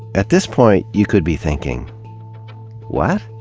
at this point you could be thinking what?